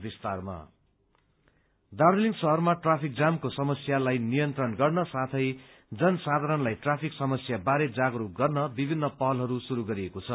traffic Darjeeling शहरमा traffic जामको समस्यालाई नियन्त्रण गर्न साथै जनसाधारणलाई ट्राफिक समस्याबारे जागरूक गर्न विभिन्न पहलहरू शुरू गरिएको छ